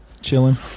Chilling